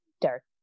Dark